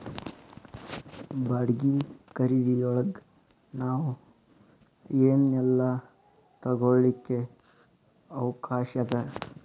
ಬಾಡ್ಗಿ ಖರಿದಿಯೊಳಗ್ ನಾವ್ ಏನ್ ಏನೇಲ್ಲಾ ತಗೊಳಿಕ್ಕೆ ಅವ್ಕಾಷದ?